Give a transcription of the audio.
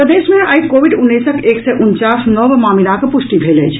प्रदेश मे आई कोविड उन्नैसक एक सय उनचास नव मामिलाक पुष्टि भेल अछि